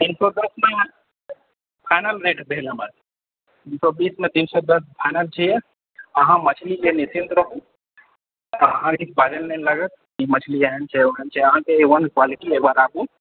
तऽ तीन सए दशमे फाइनल रेट भेल हमर तीन सए बीसमे तीन सए दश फाइनल छियै अहाँ मछली से निश्चिन्त रहु अहाँके किछु बाजै नहि पड़त कि मछली एहन छै ओहेन छै अहाँके ए वन कुआलिटी एक बार आबु